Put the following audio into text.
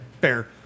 fair